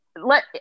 Let